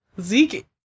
Zeke